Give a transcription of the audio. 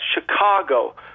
Chicago